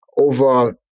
over